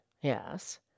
Yes